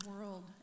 world